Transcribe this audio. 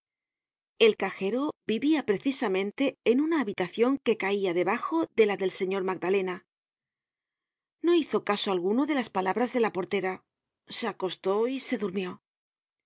el cajero vivia precisamente en una habitacion que caia debajo de la del señor magdalena no hizo caso alguno de las palabras de la portera se acostó y se durmió